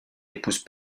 épouse